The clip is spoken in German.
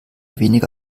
weniger